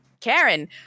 Karen